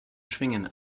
schwingen